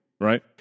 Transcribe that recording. Right